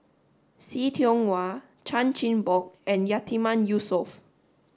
See Tiong Wah Chan Chin Bock and Yatiman Yusof